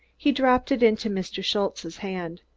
he dropped it into mr. schultze's hand.